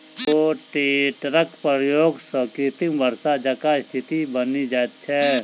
रोटेटरक प्रयोग सॅ कृत्रिम वर्षा जकाँ स्थिति बनि जाइत छै